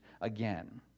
again